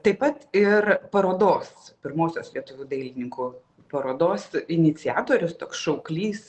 taip pat ir parodos pirmosios lietuvių dailininkų parodos iniciatorius toks šauklys